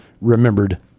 remembered